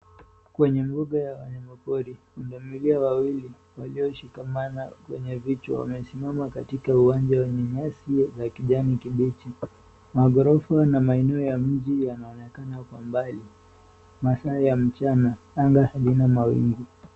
Kwenye mbuga ya wanyamapori, pundamilia wawili, walioshikamana kwenye vichwa wamesimama katika uwanja wenye nyasi ya kijani kibichi. Maghorofa na maeneo ya mji yanaonekana kwa mbali. Masaa ya mchana, anga iliyo na mawingu.